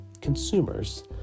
consumers